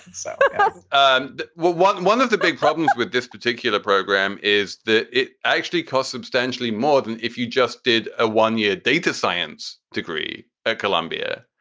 so but one one of the big problems with this particular program is that it actually costs substantially more than if you just did a one year data science degree at columbia,